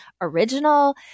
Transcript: Original